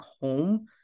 home